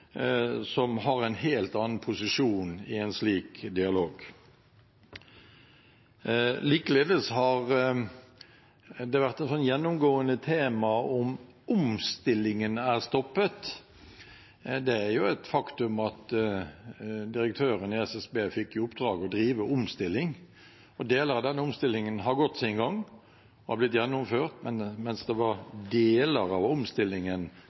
som har en helt annen posisjon i en slik dialog. Likeledes har det vært et gjennomgående tema om omstillingen er stoppet. Det er et faktum at direktøren i SSB fikk i oppdrag å drive omstilling. Deler av den omstillingen har gått sin gang og blitt gjennomført, mens det er deler av omstillingen